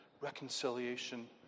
reconciliation